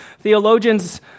theologians